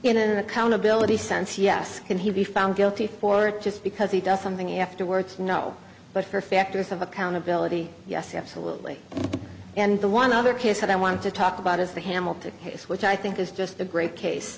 in an accountability sense yes can he be found guilty for it just because he does something afterwards no but for factors of accountability yes absolutely and the one other case that i want to talk about is the hamilton case which i think is just a great case